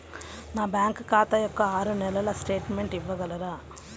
నా బ్యాంకు ఖాతా యొక్క ఆరు నెలల స్టేట్మెంట్ ఇవ్వగలరా?